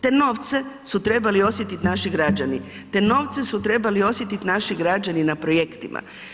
Te novce su trebali osjetit naši građani, te novce su trebali osjetit naši građani na projektima.